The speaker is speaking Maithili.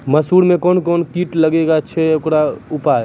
मसूर मे कोन कोन कीट लागेय छैय आरु उकरो उपाय?